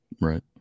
Right